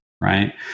right